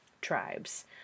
tribes